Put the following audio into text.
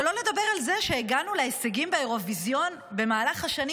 ולא נדבר על זה שהגענו להישגים באירוויזיון במהלך השנים,